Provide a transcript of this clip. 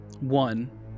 One